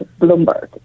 Bloomberg